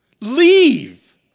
Leave